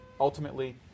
ultimately